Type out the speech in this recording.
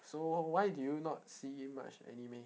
so why do you not see much anime